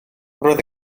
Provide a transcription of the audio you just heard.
roedd